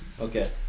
Okay